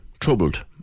troubled